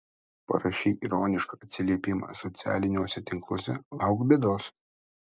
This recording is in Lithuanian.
parašei ironišką atsiliepimą socialiniuose tinkluose lauk bėdos